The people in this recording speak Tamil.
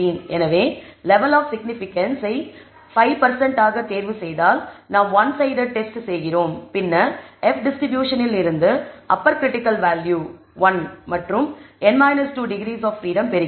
எனவே லெவல் ஆப் சிக்னிபிகன்ஸ் ஐ 5 ஆக தேர்வுசெய்தால் நாம் ஒன் சைடட் டெஸ்ட் செய்கிறோம் பின்னர் F டிஸ்ட்ரிபியூஷன் இல் இருந்து அப்பர் கிரிட்டிக்கல் வேல்யூ 1 மற்றும் n 2 டிகிரீஸ் ஆப் பிரீடம் பெறுகிறோம்